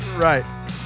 Right